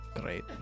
Great